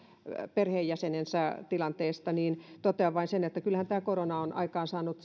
perheenjäsenensä tilanteesta niin totean vielä vain sen että kyllähän tämä korona on aikaansaanut